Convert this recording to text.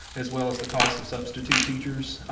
as well as the cost of substitute teachers.